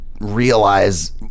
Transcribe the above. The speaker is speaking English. realize